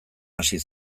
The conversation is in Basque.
hasi